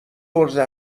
عرضه